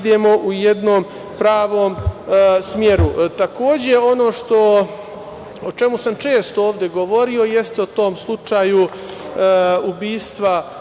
da idemo u jednom pravom smeru. Takođe, ono o čemu sam često ovde govorio jeste o tom slučaju ubistva